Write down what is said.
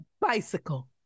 bicycle